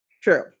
True